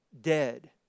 dead